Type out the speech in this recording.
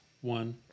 one